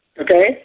Okay